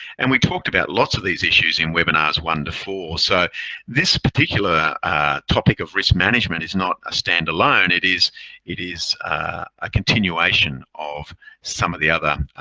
and we talked about lots of these issues in webinars one to four, so this particular topic of risk management is not a stand-alone. it is it is a continuation of some of the other